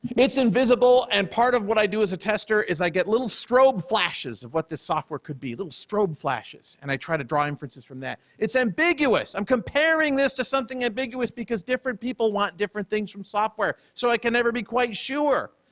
it's invisible and part of what i do as a tester is i get little strobe flashes of what this software could be, little strobe flashes, and i try to draw inferences from that. it's ambiguous. i'm comparing this to something ambiguous because different people want different things from software. so i can never be quite sure,